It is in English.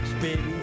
baby